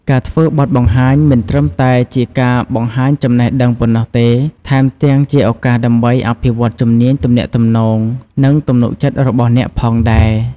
ការធ្វើបទបង្ហាញ មិនត្រឹមតែជាការបង្ហាញចំណេះដឹងប៉ុណ្ណោះទេ ថែមទាំងជាឱកាសដើម្បីអភិវឌ្ឍជំនាញទំនាក់ទំនង និងទំនុកចិត្តរបស់អ្នកផងដែរ។